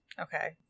okay